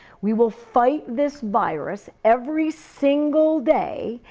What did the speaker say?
we will fight this virus every single day.